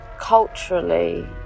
culturally